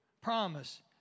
Promise